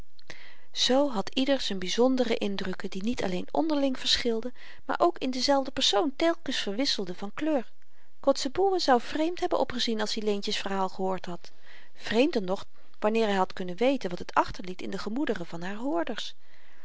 zoo had ieder z'n byzondere indrukken die niet alleen onderling verschilden maar ook in dezelfde persoon telkens verwisselden van kleur kotzebue zou vreemd hebben opgezien als i leentje's verhaal gehoord had vreemder nog wanneer hy had kunnen weten wat het achterliet in de gemoederen van haar hoorders